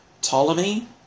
Ptolemy